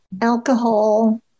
Alcohol